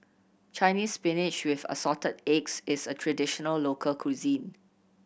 Chinese Spinach with Assorted Eggs is a traditional local cuisine